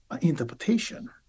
interpretation